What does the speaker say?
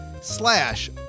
slash